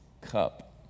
cup